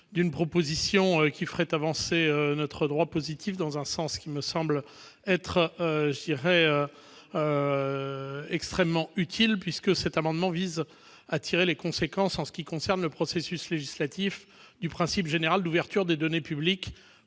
d'une proposition qui ferait avancer notre droit positif dans un sens qui me semble extrêmement utile. Cet amendement vise à tirer les conséquences, en ce qui concerne le processus législatif, du principe général d'ouverture des données publiques